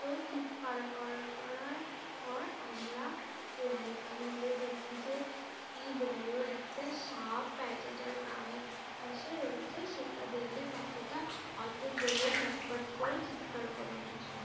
তো চিৎকার কর করার পর আমরা লাইট মেরে দেখি যে কী বড়ো একটা সাপ প্যাঁচাটার গায়ে পাশে রয়েছে সেটা দেখে প্যাঁচাটা অত জোরে ঝটপট করে চিৎকার করে উঠেছিল